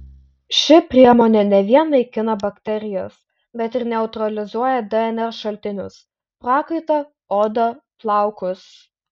ši priemonė ne vien naikina bakterijas bet ir neutralizuoja dnr šaltinius prakaitą odą plaukus